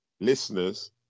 listeners